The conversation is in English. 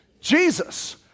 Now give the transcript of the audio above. Jesus